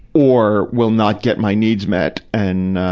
or will not get my needs met and, ah,